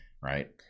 right